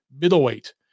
middleweight